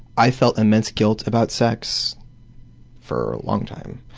i felt immense guilt about sex for a long time.